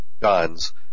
guns